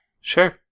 Sure